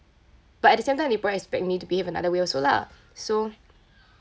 but at the same time they probably expect me to behave another way also lah so